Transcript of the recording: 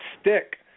stick